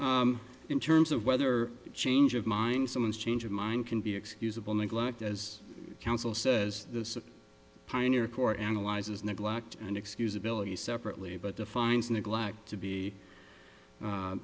in terms of whether change of mind someone's change of mind can be excusable neglect as counsel says the pioneer court analyzes neglect and excuse ability separately but defines neglect to be